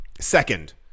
second